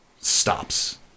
stops